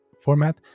format